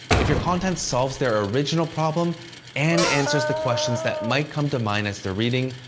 if your content solves their original problem and answers the questions that might come to mind as they're reading,